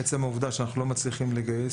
עצם העובדה שאנחנו לא מצליחים לגייס,